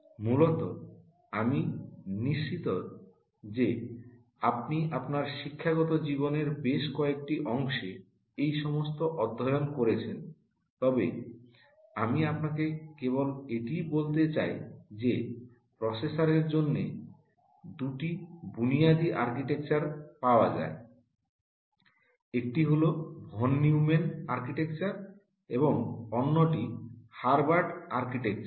মূলত আমি নিশ্চিত যে আপনি আপনার শিক্ষাগত জীবনের বেশ কয়েকটি অংশে এই সমস্ত অধ্যয়ন করেছেন তবে আমি আপনাকে কেবল এটিই বলতে চাই যে প্রসেসরের জন্য দুটি বুনিয়াদি আর্কিটেকচার পাওয়া যায় একটি হল ভন হিউম্যান আর্কিটেকচার এবং অন্যটি হার্ভাড আর্কিটেকচার